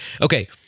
Okay